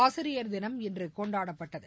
ஆசிரியர் தினம் இன்று கொண்டாடப்பட்டது